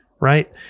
right